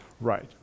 right